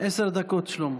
עשר דקות, שלמה.